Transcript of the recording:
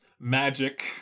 magic